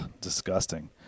Disgusting